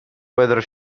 whether